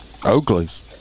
Oakleys